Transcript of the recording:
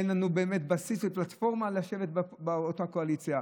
אין לנו באמת בסיס ופלטפורמה לשבת באותה קואליציה.